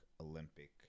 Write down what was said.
olympic